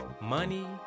Money